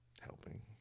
helping